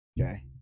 Okay